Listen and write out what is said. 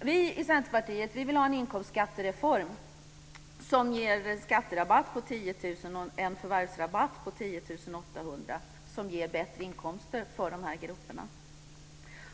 Vi i Centerpartiet vill ha en inkomstskattereform som ger en skatterabatt på 10 000 kr och en förvärvsrabatt på 10 800 kr, vilket skulle ge bättre inkomster för de här grupperna.